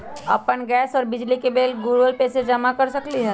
अपन गैस और बिजली के बिल गूगल पे से जमा कर सकलीहल?